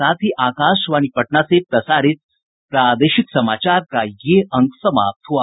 इसके साथ ही आकाशवाणी पटना से प्रसारित प्रादेशिक समाचार का ये अंक समाप्त हुआ